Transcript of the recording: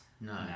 no